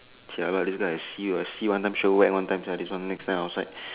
jialat this guy I see you I see one time sure whack one time this one next time outside